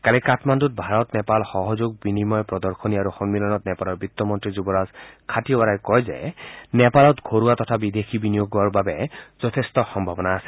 কালি কাঠমাণ্ডুত ভাৰত নেপাল সহযোগ বিনিয়োগ প্ৰদশ্নী আৰু সন্মিলনত নেপালৰ বিত্তমন্ত্ৰী যুবৰাজ খাটিৱাৰাই কয় যে নেপালত ঘৰুৱা তথা বিদেশী বিনিয়োগৰ বাবে যথেষ্ট সম্ভাৱনা আছে